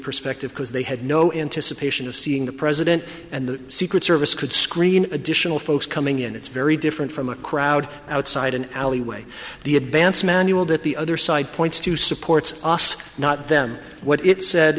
perspective because they had no into suppression of seeing the president and the secret service could screen additional folks coming in it's very different from a crowd outside an alleyway the advanced manual that the other side points to supports us not them what it said